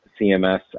CMS